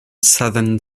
southern